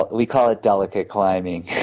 we call it delicate climbing.